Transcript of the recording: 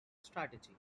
strategy